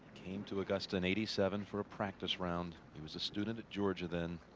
came to augusta in eighty-seven for a practice round. he was a student at georgia than